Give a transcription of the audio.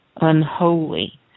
unholy